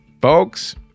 Folks